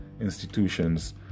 institutions